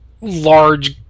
large